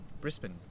Brisbane